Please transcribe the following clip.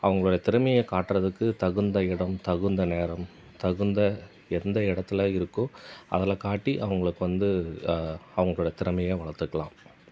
அவங்களுடைய திறமையை காட்டுறதுக்கு தகுந்த இடம் தகுந்த நேரம் தகுந்த எந்த இடத்துல இருக்கோ அதில் காட்டி அவங்களுக்கு வந்து அவங்களுடைய திறமையை வளர்த்துக்கலாம்